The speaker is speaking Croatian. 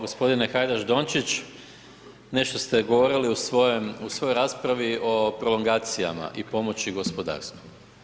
Gospodine Hajdaš Dončić, nešto ste govorili u svojoj raspravi o prolongacijama i pomoći gospodarstvu.